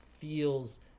feels